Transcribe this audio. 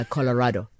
Colorado